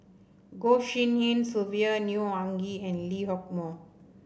Goh Tshin En Sylvia Neo Anngee and Lee Hock Moh